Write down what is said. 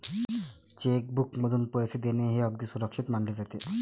check बुकमधून पैसे देणे हे अगदी सुरक्षित मानले जाते